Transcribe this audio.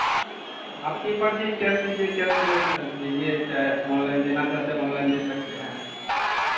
आपकी मर्ज़ी कैश दीजिए कैशलेस दीजिए चाहे ऑनलाइन देना चाहते हैं ऑनलाइन दे सकते हैं